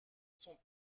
sont